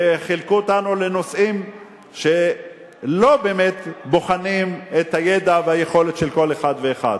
וחילקו אותנו לנושאים שלא באמת בוחנים את הידע והיכולת של כל אחד ואחד.